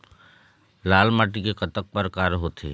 लाल माटी के कतक परकार होथे?